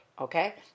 Okay